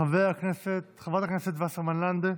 חברת הכנסת וסרמן לנדה,